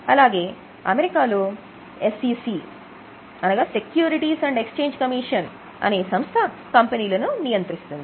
అలాగే అమెరికా లో SEC security and exchange commission అనే సంస్థ కంపెనీలను నియంత్రిస్తుంది